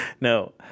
No